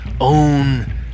own